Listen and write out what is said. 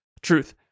truth